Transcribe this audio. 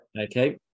Okay